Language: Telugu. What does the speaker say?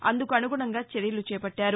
అందుకు అనుగుణంగా చర్యలు చేపట్టారు